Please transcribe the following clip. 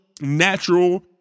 natural